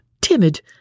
timid